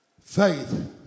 Faith